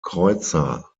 kreuzer